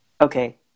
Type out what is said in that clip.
Okay